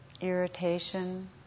irritation